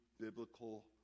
biblical